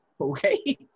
Okay